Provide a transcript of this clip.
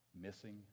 missing